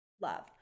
Love